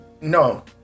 no